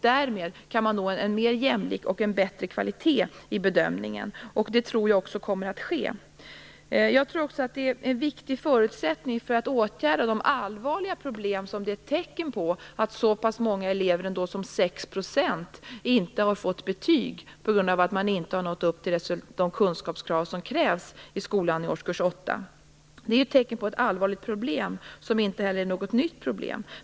Därmed kan man nå en mer jämlik bedömning och en bättre kvalitet. Det tror jag också kommer att ske. Jag tror också att det är en viktig förutsättning för att åtgärda de allvarliga problem som vi har sett tecken på finns i och med att så pass många elever som 6 % inte har fått betyg i årskurs åtta, på grund av att man inte har nått upp till de kunskapskrav som ställs i skolan. Det är ett tecken på ett allvarligt problem, som inte heller är något nytt problem.